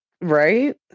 Right